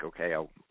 okay